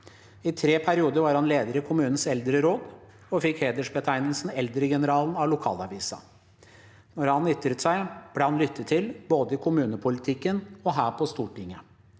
I tre perioder var han leder i kommunens eldreråd og fikk hedersbetegnelsen «eldregeneral» av lokalavisa. Når han ytret seg, ble han lyttet til – i både kommunepolitikken og her på Stortinget.